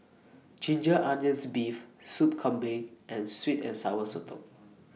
Ginger Onions Beef Sup Kambing and Sweet and Sour Sotong